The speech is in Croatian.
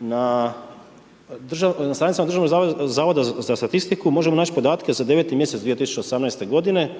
Na stranicama Državnog zavoda za statistiku možemo naći podatke za 9. mjesec 2018. godine